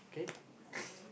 okay